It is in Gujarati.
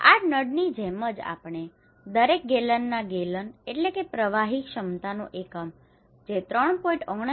આ નળની જેમ જ આપણે દરેક ગેલનના ગેલન gallons પ્રવાહી ક્ષમતાનો એકમ જે 3